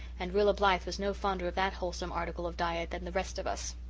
and rilla blythe was no fonder of that wholesome article of diet than the rest of us.